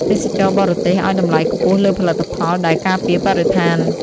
ទេសចរបរទេសឱ្យតម្លៃខ្ពស់លើផលិតផលដែលការពារបរិស្ថាន។